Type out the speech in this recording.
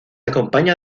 acompaña